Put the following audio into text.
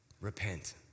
repent